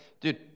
dude